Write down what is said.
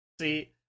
See